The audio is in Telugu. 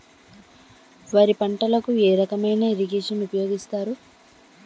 వరి పంటకు ఏ రకమైన ఇరగేషన్ ఉపయోగిస్తారు?